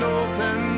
open